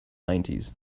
nineties